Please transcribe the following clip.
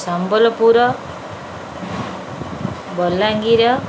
Sambalpur Balangir